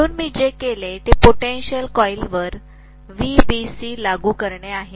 म्हणून मी जे केले ते पोटेंशल कॉइलवर VBC लागू करणे आहे